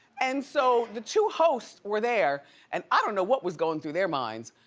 and so the two hosts were there and i don't know what was going through their minds.